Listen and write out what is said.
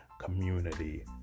community